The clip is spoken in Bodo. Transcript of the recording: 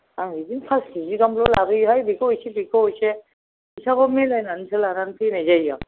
आं बिदिनो पास केजि गाहामल' लाबोयो हाय बेखौ एसे बेखौ एसे फैसाखौ मिलायनानैसो लानानै फैनाय जायो आं